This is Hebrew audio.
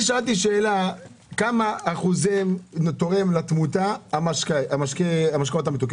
שאלתי מה שיעור ההשפעה על התמותה של המשקאות המתוקים.